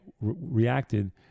reacted